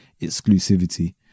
exclusivity